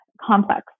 complex